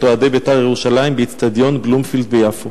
אוהדי "בית"ר ירושלים" באיצטדיון "בלומפילד" ביפו.